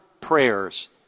prayers